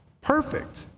Perfect